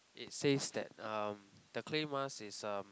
it says that um the clay mask is um